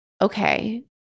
okay